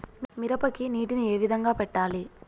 మిరపకి నీటిని ఏ విధంగా పెట్టాలి?